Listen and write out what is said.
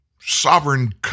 sovereign